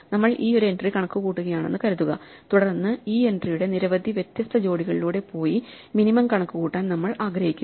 നമ്മൾ ഈ ഒരു എൻട്രി കണക്കുകൂട്ടുകയാണെന്ന് കരുതുക തുടർന്ന് ഈ എൻട്രിയുടെ നിരവധി വ്യത്യസ്ത ജോഡികളിലൂടെ പോയി മിനിമം കണക്കുകൂട്ടാൻ നമ്മൾ ആഗ്രഹിക്കുന്നു